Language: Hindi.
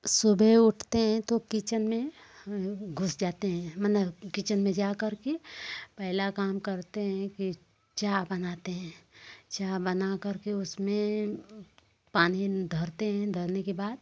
सुबह उठते हैं तो किचन में हम घुस जाते हैं मैं ना किचन में जाकर के पहला काम करते हैं कि चाय बनाते हैं चाय बनाकर के उसमें पानी धरते हैं धरने के बाद